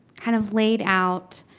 kind of laid out